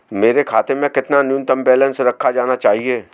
मेरे खाते में कितना न्यूनतम बैलेंस रखा जाना चाहिए?